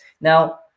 Now